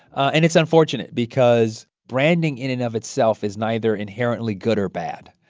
and it's unfortunate because branding in and of itself is neither inherently good or bad.